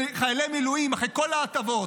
לחיילי מילואים אחרי כל ההטבות,